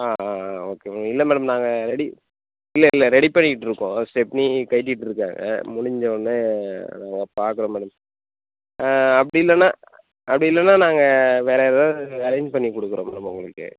ஆ ஆ ஆ okay madam இல்லை மேடம் நாங்கள் ரெடி இல்லை இல்லை ரெடி பண்ணிக்கிட்டு இருக்கோம் ஸ்டெப்னி கழட்டிகிட்டு இருக்காங்க முடிஞ்சவொன்னே நாங்கள் பார்க்கறோம் மேடம் அப்படி இல்லைனா அப்படி இல்லைனா நாங்கள் வேறு ஏதாவது அரேஞ்ச் பண்ணி கொடுக்கறோம் மேடம் உங்களுக்கு